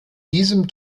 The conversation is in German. diesem